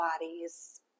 bodies